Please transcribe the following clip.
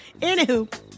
Anywho